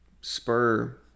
spur